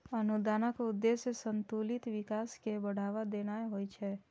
अनुदानक उद्देश्य संतुलित विकास कें बढ़ावा देनाय होइ छै